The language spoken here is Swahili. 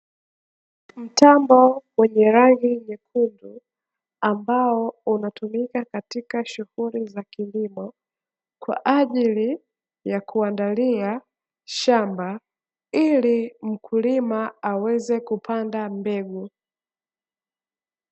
Mtambo wenye rangi nyekundu, ambao unatumika katika shughuli za kilimo kwa ajili ya kuandalia shamba ili mkulima aweze kupanda mbegu.